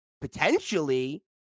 potentially